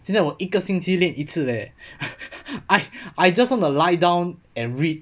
现在我一个星期练一次 leh I I just want to lie down and read